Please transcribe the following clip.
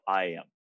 IAM